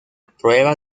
prueba